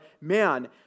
man